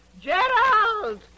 Gerald